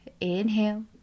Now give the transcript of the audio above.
Inhale